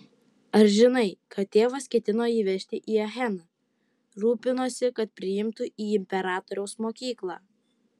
ar žinai kad tėvas ketino jį vežti į acheną rūpinosi kad priimtų į imperatoriaus mokyklą